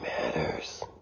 matters